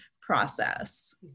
process